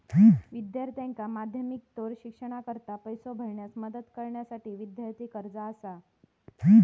विद्यार्थ्यांका माध्यमिकोत्तर शिक्षणाकरता पैसो भरण्यास मदत करण्यासाठी विद्यार्थी कर्जा असा